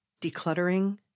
decluttering